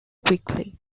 quickly